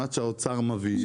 עד שהאוצר מביא,